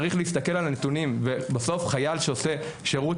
צריך להסתכל על הנתונים ובסוף חייל שעושה שירות